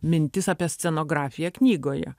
mintis apie scenografiją knygoje